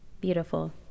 Beautiful